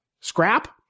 scrap